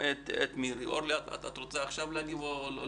אורלי, את רוצה להגיב עכשיו?